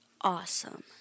awesome